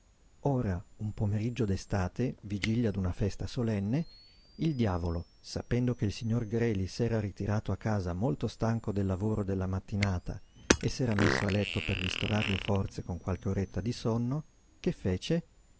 ora un pomeriggio d'estate vigilia d'una festa solenne il diavolo sapendo che il signor greli s'era ritirato a casa molto stanco del lavoro della mattinata e s'era messo a letto per ristorar le forze con qualche oretta di sonno che fece